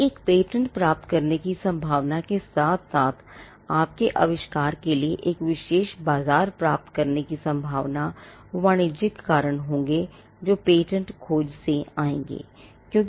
तो एक पेटेंट प्राप्त करने की संभावना के साथ साथ आपके आविष्कार के लिए एक विशेष बाज़ार प्राप्त करने की संभावना वाणिज्यिक कारण होंगे जो पेटेंट खोज से आएंगे